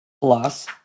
plus